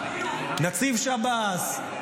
נציב שב"ס,